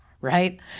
right